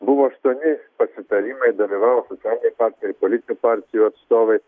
buvo aštuoni pasitarimai dalyvavo socialiniai partneriai politinių partijų atstovai